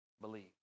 believe